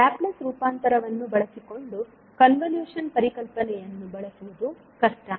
Laplace ರೂಪಾಂತರವನ್ನು ಬಳಸಿಕೊಂಡು convolution ಪರಿಕಲ್ಪನೆಯನ್ನು ಬಳಸುವುದು ಕಷ್ಟ